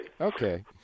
Okay